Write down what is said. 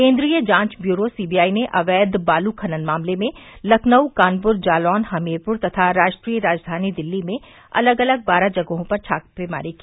केन्द्रीय जांच bureau C B I ने अवैघ बालू खनन मामले में लखनऊ कानपुर जालौन हमीरपुर तथा राष्ट्रीय राजघानी दिल्ली में अलग अलग बारह जगहों पर छापेमारी की